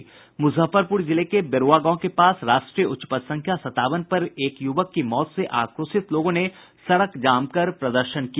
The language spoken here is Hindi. मुजफ्फरपुर जिले के बेरूआ गांव के पास राष्ट्रीय उच्च पथ संख्या संतावन पर एक युवक की मौत से आक्रोशित लोगों ने सड़क जामकर प्रदर्शन किया